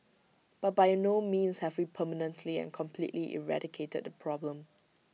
but by no means have we permanently and completely eradicated the problem